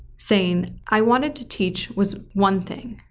saying, i wanted to teach was one thing,